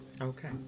Okay